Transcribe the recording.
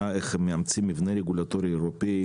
איך הם מאמצים מבנה רגולטורי אירופאי,